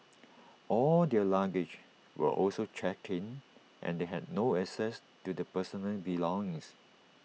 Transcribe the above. all their luggage were also checked in and they had no access to their personal belongings